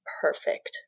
perfect